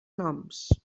noms